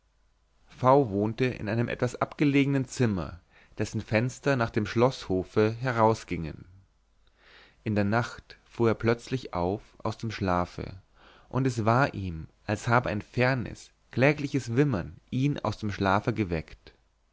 v wohnte in einem etwas abgelegenen zimmer dessen fenster nach dem schloßhofe herausgingen in der nacht fuhr er plötzlich auf aus dem schlafe und es war ihm als habe ein fernes klägliches wimmern ihn aus dem schlafe geweckt